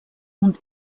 und